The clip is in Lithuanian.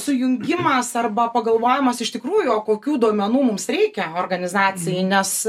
sujungimas arba pagalvojimas iš tikrųjų o kokių duomenų mums reikia organizacijai nes